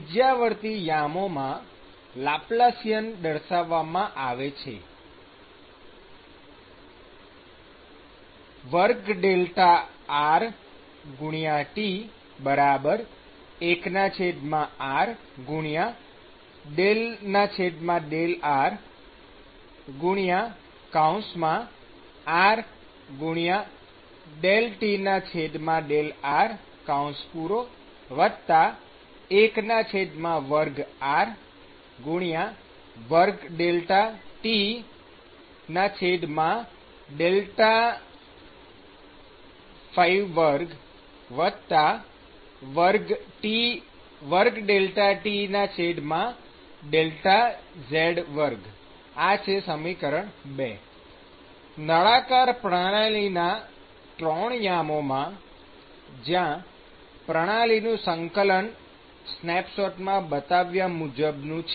ત્રિજયાવર્તી યામોમાં લાપ્લાસિયન દર્શાવવામાં આવે છે r2T1r∂rr∂T∂r1r22T∅22Tz2 ૨ નળાકાર પ્રણાલીના ૩ યામોમાં જ્યાં પ્રણાલીનું સંકલન સ્નેપશૉટમાં બતાવ્યા મુજબનું છે